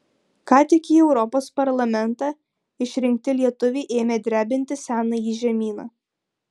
ką tik į europos parlamentą išrinkti lietuviai ėmė drebinti senąjį žemyną